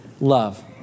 love